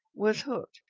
was hooked.